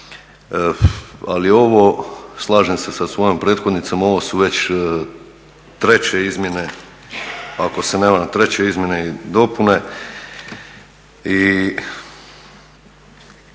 Ali ovo, slažem se sa svojom prethodnicom, ovo su već treće izmjene, ako se ne varam treće izmjene i dopune